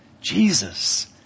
Jesus